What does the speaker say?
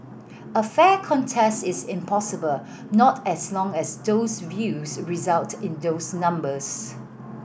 a fair contest is impossible not as long as those views result in those numbers